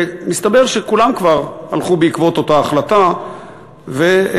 ומסתבר שכולם כבר הלכו בעקבות אותה החלטה והעניקו